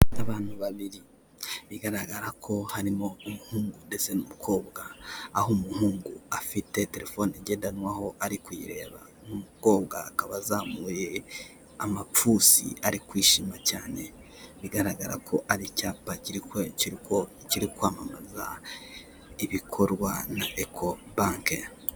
Abantu babiri bigaragara ko harimo umuhungu ndetse n'umukobwa, aho umuhungu afite telefone ngendanwa aho ari kuyireba, umukobwa akaba azamuye amapfunsi ari kwishima cyane bigaragara ko ari icyapa kiri kwamamaza ibikorwa na eko banki.